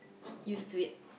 used to it